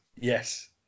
Yes